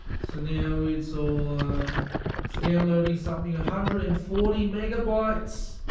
so now it's all downloading something a hundred and forty megabytes